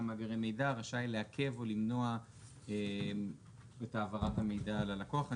מעבירי מידע רשאי לעכב או למנוע את העברת המידע ללקוח.